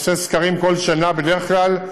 עושה סקרים כל שנה בדרך כלל,